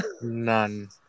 none